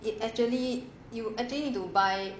it actually you actually need to buy